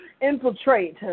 infiltrate